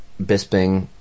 Bisping